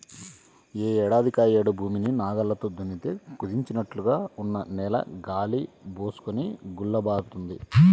యే ఏడాదికాయేడు భూమిని నాగల్లతో దున్నితే కుదించినట్లుగా ఉన్న నేల గాలి బోసుకొని గుల్లబారుతుంది